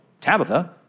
Tabitha